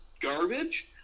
garbage